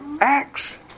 Acts